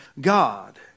God